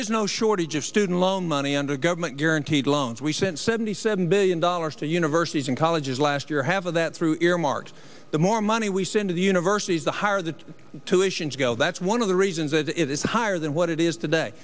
is no shortage of student loan money under government guaranteed loans we sent seventy seven billion dollars to universities and colleges last year half of that through earmarks the more money we send to the universities the higher the tuitions go that's one of the reasons that it is higher than what it is today